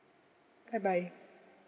bye bye